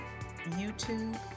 YouTube